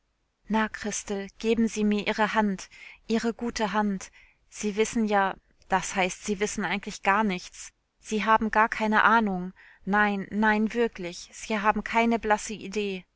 na christel geben sie mir ihre hand ihre gute hand sie wissen ja das heißt sie wissen eigentlich gar nichts sie haben gar keine ahnung nein nein wirklich sie haben keine blasse idee